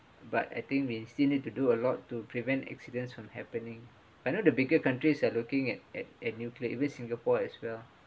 but I think we still need to do a lot to prevent accidents from happening I know the bigger countries are looking at at at nuclear even singapore as well